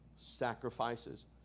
sacrifices